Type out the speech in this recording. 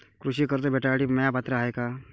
कृषी कर्ज भेटासाठी म्या पात्र हाय का?